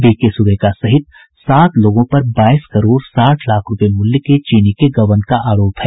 B K Sureka सहित सात लोगों पर बाईस करोड़ साठ लाख रुपए मूल्य के चीनी के गबन का आरोप है